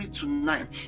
tonight